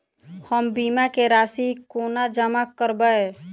हम बीमा केँ राशि कोना जमा करबै?